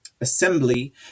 assembly